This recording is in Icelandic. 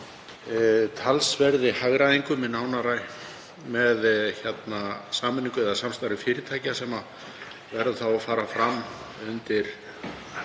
talsverðri hagræðingu með sameiningu eða samstarfi fyrirtækja sem verður þá að fara fram undir